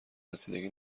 رسیدگی